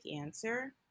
answer